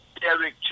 Derek